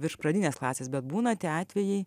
virš pradinės klasės bet būna tie atvejai